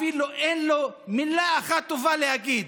אפילו אין לו מילה אחת טובה להגיד.